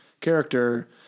character